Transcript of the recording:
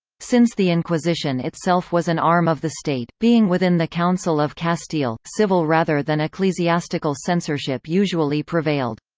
since the inquisition itself was an arm of the state, being within the council of castile, civil rather than ecclesiastical censorship usually prevailed.